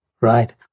right